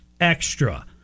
extra